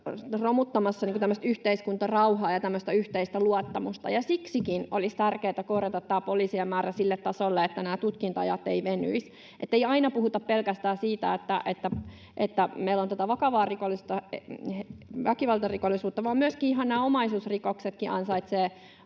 romuttamassa yhteiskuntarauhaa ja yhteistä luottamusta. Siksikin olisi tärkeätä korjata poliisien määrä sille tasolle, että tutkinta-ajat eivät venyisi, ettei aina puhuta pelkästään siitä, että meillä on tätä vakavaa rikollisuutta, väkivaltarikollisuutta, vaan myöskin omaisuusrikokset ansaitsevat